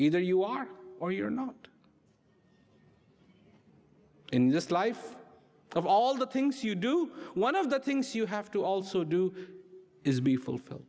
either you are or you're not in this life of all the things you do one of the things you have to also do is be fulfilled